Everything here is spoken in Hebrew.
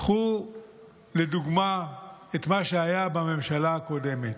קחו לדוגמה את מה שהיה בממשלה הקודמת.